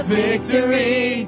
victory